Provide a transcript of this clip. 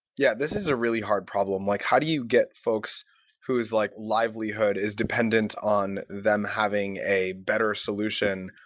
yeah, this is a really hard problem. like how do you get folks whose like livelihood is dependent on them having a better solution?